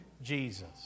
Jesus